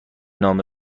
نامه